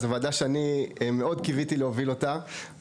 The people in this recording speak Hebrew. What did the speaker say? זו ועדה שמאוד קיוויתי להוביל ואני